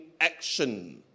action